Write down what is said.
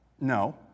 No